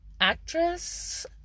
actress